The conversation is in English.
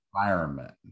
environment